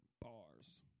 Bars